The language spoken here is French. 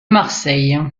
marseille